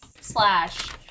slash